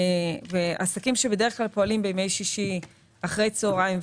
עסקים שבדרך כלל פועלים בימי שישי אחרי הצוהריים,